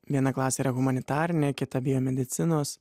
viena klasė yra humanitarinė kita biomedicinos